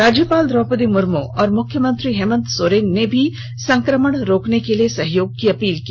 राज्यपाल द्रौपदी मुर्मू और मुख्यमंत्री हेमंत सोरेन ने भी संकमण रोकने के लिए सहयोग की अपील की